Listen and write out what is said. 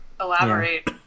Elaborate